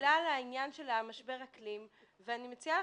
--- בגלל העניין של משבר האקלים ואני מציעה